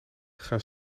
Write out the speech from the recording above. gaan